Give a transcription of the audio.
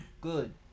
good